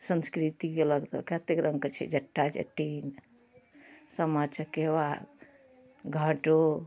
संस्कृतिके लऽ कऽ कतेक रङ्गके छै जट्टा जटिन सामा चकेबा घाटो